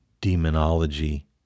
demonology